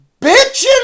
bitching